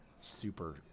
super